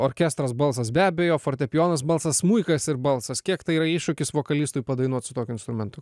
orkestras balsas be abejo fortepijonas balsas smuikas ir balsas kiek tai yra iššūkis vokalistui padainuot su tokiu instrumentu